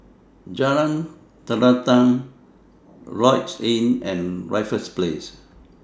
Jalan Terentang Lloyds Inn and Raffles Place